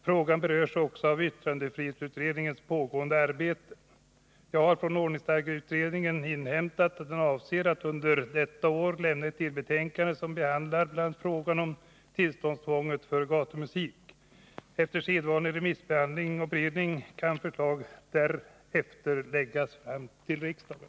Frågan berörs också av yttrandefrihetsutredningens pågående arbete. Jag har från ordningsstadgeutredningen inhämtat att den avser att under detta år lämna ett delbetänkande som behandlar bl.a. frågan om tillståndstvånget för gatumusik. Efter sedvanlig remissbehandling och beredning kan förslag därefter läggas fram till riksdagen.